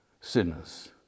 sinners